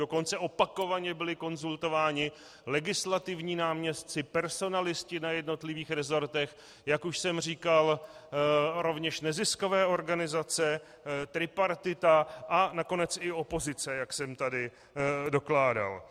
Dokonce opakovaně byli konzultováni legislativní náměstci, personalisté na jednotlivých resortech, jak už jsem říkal rovněž neziskové organizace, tripartita a nakonec i opozice, jak jsem tady dokládal.